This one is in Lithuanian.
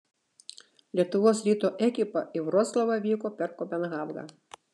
lietuvos ryto ekipa į vroclavą vyko per kopenhagą